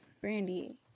Brandy